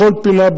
בכל פינה,